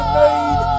made